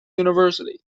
university